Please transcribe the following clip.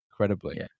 incredibly